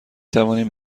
توانیم